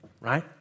right